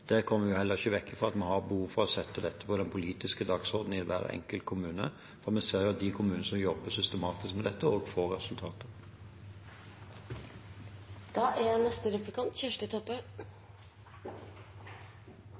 ikke kommer vekk fra at vi har behov for å sette dette på den politiske dagsordenen i hver enkelt kommune, og vi ser at de kommunene som jobber systematisk med dette, også får resultater. Rekruttering til kommunehelsetenesta er